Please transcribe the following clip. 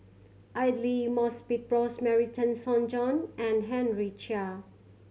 Aidli Mosbit Rosemary Tessensohn and Henry Chia